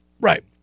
Right